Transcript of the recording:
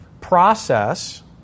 process